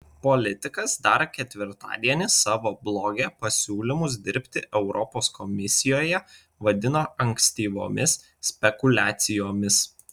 politikas dar ketvirtadienį savo bloge pasiūlymus dirbti europos komisijoje vadino ankstyvomis spekuliacijomis